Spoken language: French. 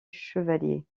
chevalier